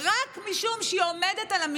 רק משום שהבחירות לראשות הלשכה לא היו לרוחם.